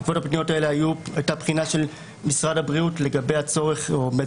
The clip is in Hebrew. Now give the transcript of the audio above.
ובעקבות הפניות האלה הייתה בחינה של משרד הבריאות לגבי האפשרות